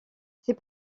ces